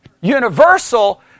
Universal